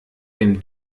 dem